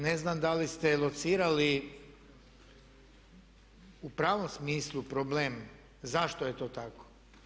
Ne znam da li ste locirali u pravom smislu problem zašto je to tako.